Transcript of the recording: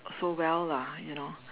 so well lah you know